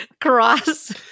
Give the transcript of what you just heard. cross